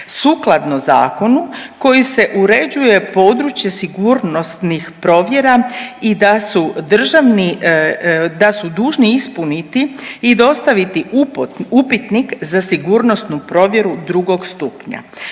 sukladno zakonu koji se uređuje područje sigurnosnih provjera i da su državni, da su dužni ispuniti i dostaviti upitnik za sigurnosnu provjeru drugog stupnja.